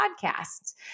podcasts